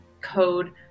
code